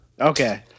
Okay